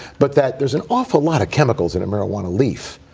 but that there's an awful lot of chemicals in a marijuana leaf,